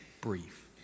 brief